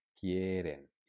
quieren